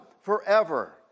forever